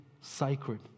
sacred